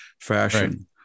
fashion